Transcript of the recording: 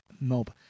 mob